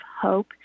hope